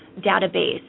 database